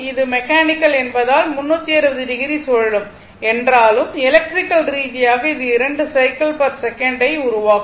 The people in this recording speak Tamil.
அது மெக்கானிக்கல் என்பதால் 360 டிகிரி சுழலும் என்றாலும் எலக்ட்ரிக்கல் ரீதியாக இது 2 சைக்கிள் பெர் செகண்ட் ஐ உருவாக்கும்